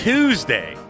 Tuesday